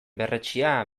berretsia